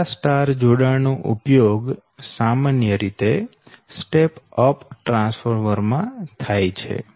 delta star જોડાણ નો ઉપયોગ સામાન્ય રીતે સ્ટેપ અપ ટ્રાન્સફોર્મર માં થાય છે